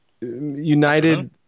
United